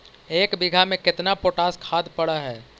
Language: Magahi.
एक बिघा में केतना पोटास खाद पड़ है?